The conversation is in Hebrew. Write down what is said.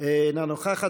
אינה נוכחת.